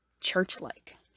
church-like